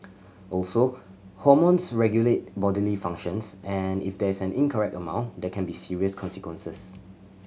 also hormones regulate bodily functions and if there is an incorrect amount there can be serious consequences